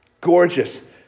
gorgeous